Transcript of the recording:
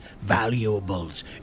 valuables